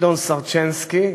גדעון סרצ'נסקי,